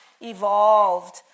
evolved